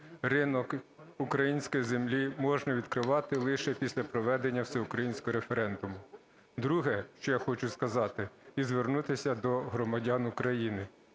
ринок української землі можна відкривати лише після проведення всеукраїнського референдуму. Друге, що я хочу сказати, і звернутися до громадян України.